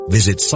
Visit